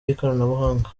y’ikoranabuhanga